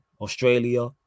Australia